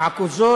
עכוזו.